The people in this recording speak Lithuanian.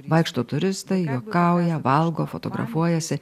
vaikšto turistai juokauja valgo fotografuojasi